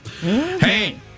Hey